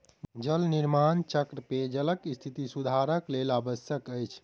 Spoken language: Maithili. जल निर्माण चक्र पेयजलक स्थिति सुधारक लेल आवश्यक अछि